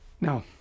Now